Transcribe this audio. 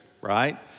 Right